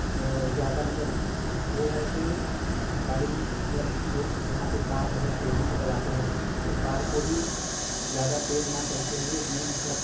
ज़्यादा मतलब वह है तो गाड़ी मतलब लोग यहाँ पर कार बहुत तेज़ी से चलाते हैं तो कार को भी ज़्यादा तेज़ न चलते हुए अपने मतलब